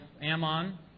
Ammon